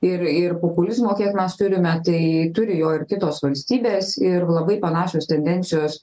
ir ir populizmo kiek mes turime tai turi jo ir kitos valstybės ir labai panašios tendencijos